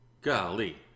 Golly